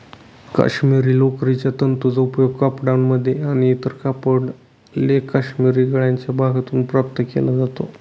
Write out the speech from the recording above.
काश्मिरी लोकरीच्या तंतूंचा उपयोग कपड्यांमध्ये आणि इतर कपडा लेख काश्मिरी गळ्याच्या भागातून प्राप्त केला जातो